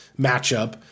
matchup